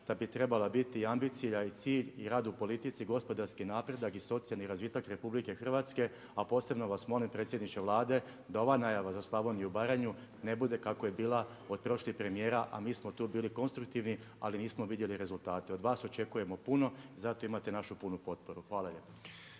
da bi trebala biti i ambicija i cilj i rad u politici gospodarski napredak i socijalni razvitak RH a posebno vas molim predsjedniče Vlade da ova najava za Slavoniju i Baranju ne bude kako je bila od prošlih premijera a mi smo tu bili konstruktivni ali nismo vidjeli rezultate. Od vas očekujemo puno zato imate našu punu potporu. Hvala lijepo.